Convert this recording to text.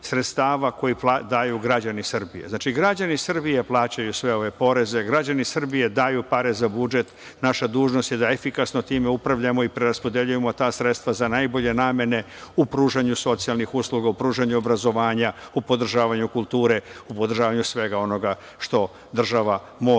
koje daju građani Srbije. Znači, građani Srbije plaćaju sve ove poreze, građani Srbije daju pare za budžet i naša dužnost je da efikasno time upravljamo i preraspodeljujemo ta sredstva za najbolje namene, u pružanju socijalnih usluga, u pružanju obrazovanja, u podržavanju kulture, u podržavanju svega onoga što država mora